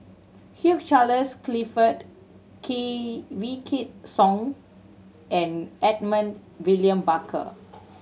Hugh Charles Clifford Wykidd Song and Edmund William Barker